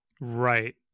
Right